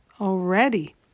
already